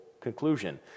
conclusion